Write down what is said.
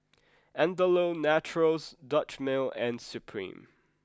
Andalou Naturals Dutch Mill and Supreme